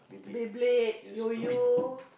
Beyblade yoyo